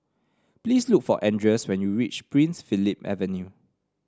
please look for Andreas when you reach Prince Philip Avenue